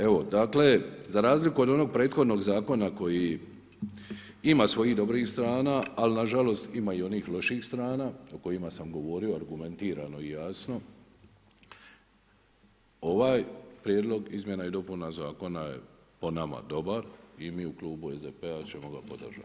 Evo dakle, za razliku od onog prethodnog zakona koji ima svojih dobrih strana, ali na žalost i onih lošijih strana o kojima sam govorio argumentirano i jasno, ovaj Prijedlog izmjena i dopuna zakona je po nama dobar i mi u Klubu SDP-a ćemo ga podržati.